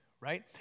right